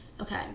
okay